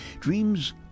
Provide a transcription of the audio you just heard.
Dreams